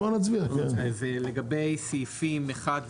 לגבי סעיפים 1,